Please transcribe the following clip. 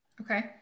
Okay